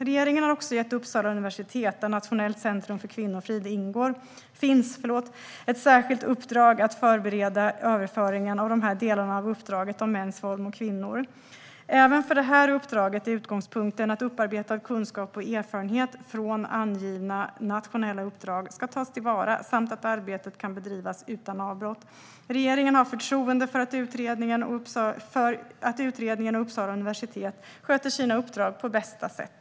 Regeringen har också gett Uppsala universitet, där Nationellt centrum för kvinnofrid finns, ett särskilt uppdrag att förbereda överföringen av dessa delar av uppdraget om mäns våld mot kvinnor. Även för detta uppdrag är utgångspunkten att upparbetad kunskap och erfarenhet från angivna nationella uppdrag ska tas till vara samt att arbetet ska kunna bedrivas utan avbrott. Regeringen har förtroende för att utredningen och Uppsala universitet sköter sina uppdrag på bästa sätt.